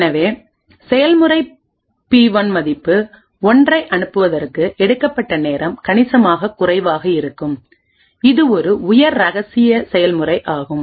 எனவே செயல்முறை பி1 மதிப்பு ஒன்றை அனுப்புவதற்கு எடுக்கப்பட்ட நேரம் கணிசமாக குறைவாக இருக்கும் இது ஒரு உயர் ரகசிய செயல்முறை ஆகும்